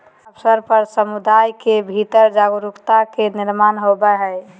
अवसर पर समुदाय के भीतर जागरूकता के निर्माण होबय हइ